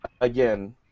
again